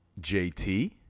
JT